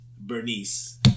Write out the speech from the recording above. Bernice